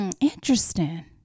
interesting